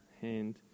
hand